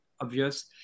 obvious